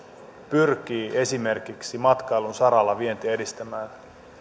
pyrkii esimerkiksi matkailun saralla vientiä edistämään